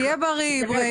בסדר גמור.